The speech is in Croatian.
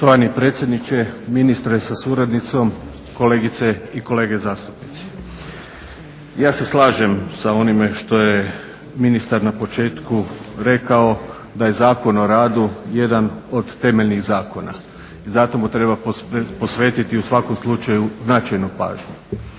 Poštovani predsjedniče, ministre sa suradnicom, kolegice i kolege zastupnici. Ja se slažem sa onime što je ministar na početku rekao da je Zakon o radu jedan od temeljnih zakona i zato mu treba posvetiti u svakom slučaju značajnu pažnju.